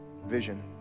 vision